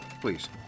please